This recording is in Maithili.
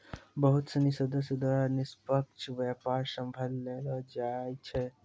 बहुत सिनी सदस्य द्वारा निष्पक्ष व्यापार सम्भाललो जाय छै